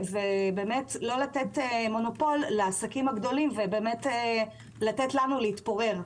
ולא לתת מונופול לעסקים גדולים ולתת לנו להתפורר.